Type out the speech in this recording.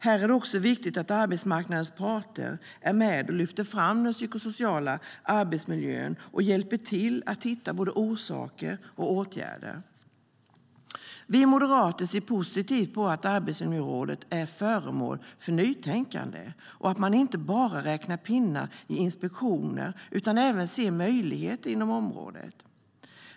Här är det viktigt att arbetsmarknadens parter är med och lyfter fram den psykosociala arbetsmiljön och hjälper till att hitta både orsaker och åtgärder. Vi moderater ser positivt på att arbetsmiljöområdet är föremål för nytänkande och att man inte bara räknar pinnar i inspektioner utan även ser möjligheter inom området.